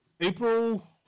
April